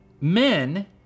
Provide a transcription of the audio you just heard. men